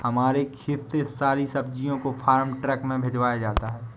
हमारे खेत से सारी सब्जियों को फार्म ट्रक में भिजवाया जाता है